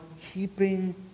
keeping